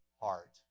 heart